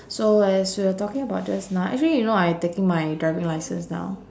so as we're talking about just now actually you know I taking my driving licence now